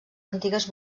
antigues